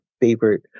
favorite